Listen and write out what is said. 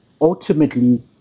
ultimately